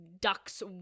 ducks